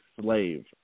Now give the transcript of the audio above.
slave